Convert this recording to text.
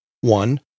One